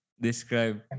Describe